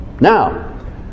Now